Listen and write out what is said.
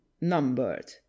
numbered